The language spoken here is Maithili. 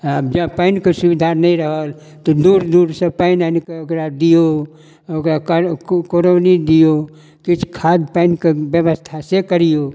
अँए जँ पानिके सुविधा नहि रहल तऽ दूर दूरसँ पानि आनिकऽ ओकरा दिऔ ओकरा को कोड़ौनी दिऔ किछु खाद पानिके बेबस्था से करिऔ